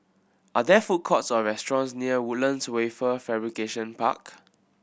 are there food courts or restaurants near Woodlands Wafer Fabrication Park